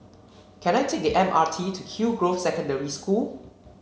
can I take the M R T to Hillgrove Secondary School